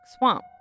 Swamp